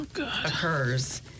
occurs